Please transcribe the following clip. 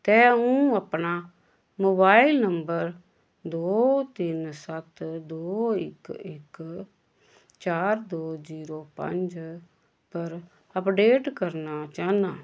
ते अ'ऊं अपना मोबाइल नंबर दो तिन्न सत्त दो इक इक चार दो जीरो पंज पर अपडेट करना चाह्न्नां